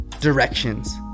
directions